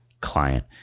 client